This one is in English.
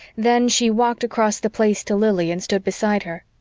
then she walked across the place to lili and stood beside her.